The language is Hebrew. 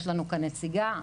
יש לנו כאן נציגה.